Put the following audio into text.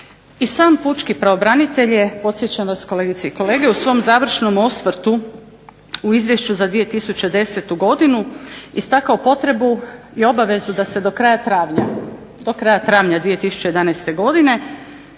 i sam pučki pravobranitelj je podsjećam vas kolegice i kolege u svom završnom osvrtu u Izvješću za 2010. godinu istakao potrebu i obavezu da se do kraja travnja 2011. godine